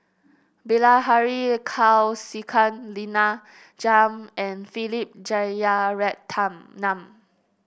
Bilahari Kausikan Lina Chiam and Philip